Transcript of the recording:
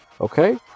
okay